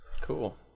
Cool